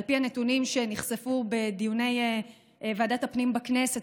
על פי הנתונים שנחשפו בדיוני ועדת הפנים בכנסת,